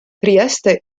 trieste